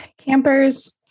Campers